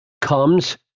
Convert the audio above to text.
comes